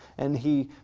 and he,